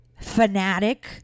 fanatic